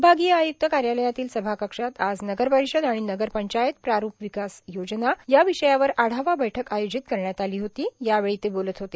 विभागीय आयुक्त कार्यालयातील सभाकक्षात आज नगरपरिषद आणि नगर पंचायत प्रारुप विकास योजना या विषयावर आढावा बैढक आयोजित करण्यात आली होती यावेळी ते बोलत होते